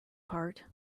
part